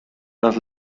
los